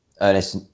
Ernest